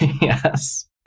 Yes